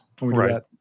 Right